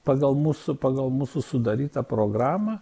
pagal mūsų pagal mūsų sudarytą programą